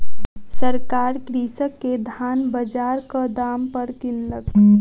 सरकार कृषक के धान बजारक दाम पर किनलक